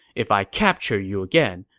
if i capture you again,